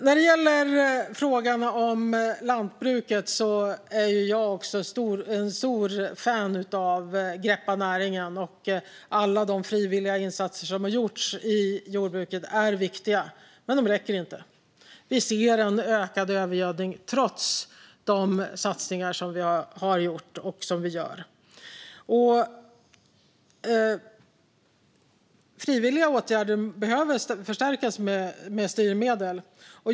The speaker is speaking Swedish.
När det gäller frågorna om lantbruket är jag också ett stort fan av Greppa näringen. Alla de frivilliga insatser som har gjorts i jordbruket är viktiga, men de räcker inte. Vi ser en ökad övergödning trots de satsningar som vi har gjort och som vi gör. De frivilliga åtgärderna behöver förstärkas med styrmedel.